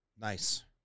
Nice